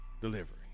delivery